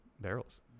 barrels